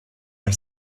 nel